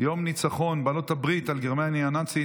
בעלות הברית על גרמניה הנאצית.